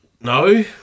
No